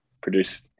produce